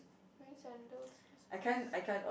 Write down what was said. wearing sandals he's wearing sand